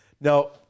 Now